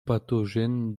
pathogène